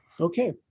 Okay